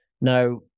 Now